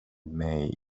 mig